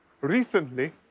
Recently